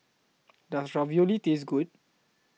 Does Ravioli Taste Good